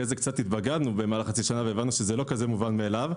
במהלך כחצי שנה התבגרנו והבנו שזה לא כזה מובן מאליו.